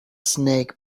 snake